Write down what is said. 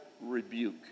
rebuke